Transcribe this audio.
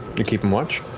you're keeping watch.